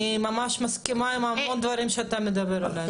אני מסכימה עם המון מן הדברים שאתה מדבר עליהם.